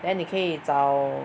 then 你可以找